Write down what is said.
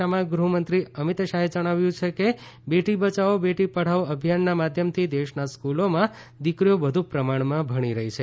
એક ટ્વીટ સંદેશામાં ગૃહમંત્રી અમિતશાહે જણાવ્યું કે બેટી બયાવો બેટી પઢાવો અભિયાનનાં માધ્યમથી દેશનાં સ્કૂલોમાં દિકરીઓ વધુ પ્રમાણમાં ભણી રહી છે